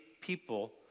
people